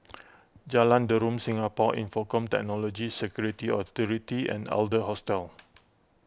Jalan Derum Singapore Infocomm Technology Security Authority and Adler Hostel